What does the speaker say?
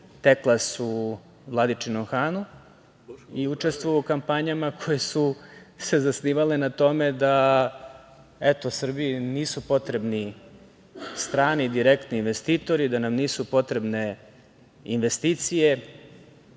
„Teklas“ u Vladičinom Hanu i učestvovao u kampanjama koje su se zasnivale na tome da Srbiji nisu potrebne strani i direktni investitori, da nam nisu potrebne investicije,